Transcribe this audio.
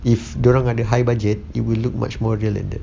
if dia orang ada high budget it will look much more real than that